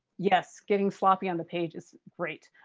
yes getting sloppy on the page is great.